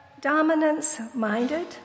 dominance-minded